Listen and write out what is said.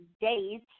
days